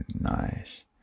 nice